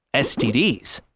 stds.